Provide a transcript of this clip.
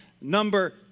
number